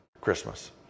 Christmas